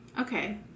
Okay